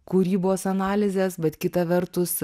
kūrybos analizes bet kita vertus